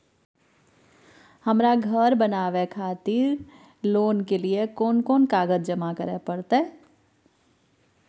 हमरा धर बनावे खातिर लोन के लिए कोन कौन कागज जमा करे परतै?